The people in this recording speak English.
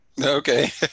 Okay